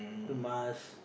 you must